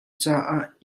caah